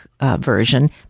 version